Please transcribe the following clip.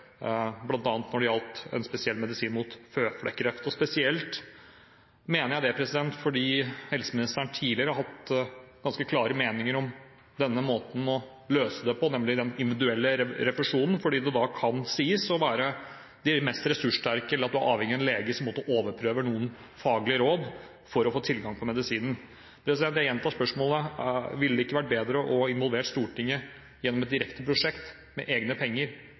når det gjaldt en spesiell medisin mot føflekkreft. Spesielt mener jeg dette fordi helseministeren tidligere har hatt ganske klare meninger om denne måten å løse det på, nemlig den individuelle refusjonen. Da kan det være de mest ressurssterke som får medisinen, eller at man er avhengig av en lege som må overprøve noen faglige råd for å få tilgang på medisinen. Jeg gjentar spørsmålet: Ville det ikke vært bedre å involvere Stortinget gjennom et direkte prosjekt med egne penger,